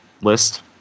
list